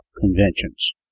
conventions